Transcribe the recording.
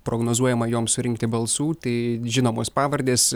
prognozuojama joms surinkti balsų tai žinomos pavardės